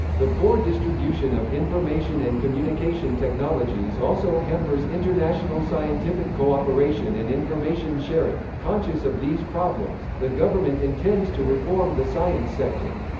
the poor distribution of information and communication technologies also hampers international scientific co-operation and information-sharing conscious of these problems, the government intends to reform the science sector.